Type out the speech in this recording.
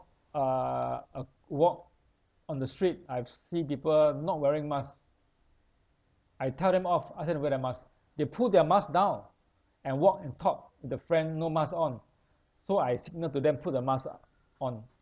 uh ac~ walk on the street I've seen people not wearing masks I tell them off I said to wear their masks they pull their masks down and walk and talk the friend no mask on so I signal to them put the mask ah on